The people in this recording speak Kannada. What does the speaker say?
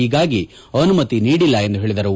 ಹೀಗಾಗಿ ಅನುಮತಿ ನೀಡಿಲ್ಲ ಎಂದು ಹೇಳಿದರು